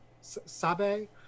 Sabe